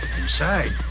Inside